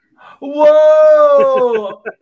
whoa